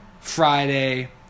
Friday